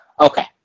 Okay